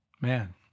Man